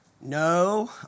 No